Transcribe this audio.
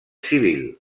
civil